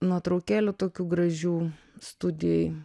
nuotraukėlių tokių gražių studijoj